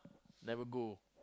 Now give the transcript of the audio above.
never go